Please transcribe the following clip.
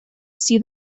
see